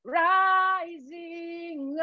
rising